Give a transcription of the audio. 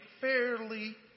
fairly